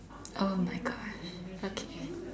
oh my god okay